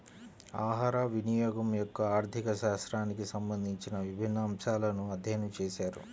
ఆహారవినియోగం యొక్క ఆర్థిక శాస్త్రానికి సంబంధించిన విభిన్న అంశాలను అధ్యయనం చేశారు